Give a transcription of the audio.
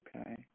Okay